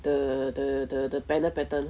the the the the banner pattern